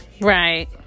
Right